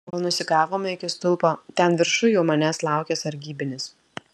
kol nusigavome iki stulpo ten viršuj jau manęs laukė sargybinis